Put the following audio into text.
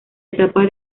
etapa